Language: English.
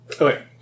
Okay